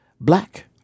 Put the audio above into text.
black